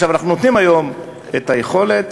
אנחנו נותנים היום את היכולת